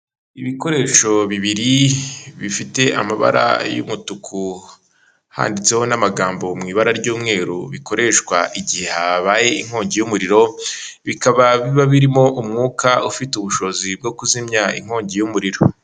Ibikoresho bibiri bifite amabara y'umutuku, handitseho n'amagambo mu ibara ry'umweru, bikoreshwa igihe habaye inkongi y'umuriro, bikaba biba birimo umwuka ufite ubushobozi bwo kuzimya inkongi y'umuriro.